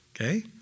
Okay